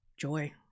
joy